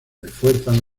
refuerzan